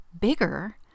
bigger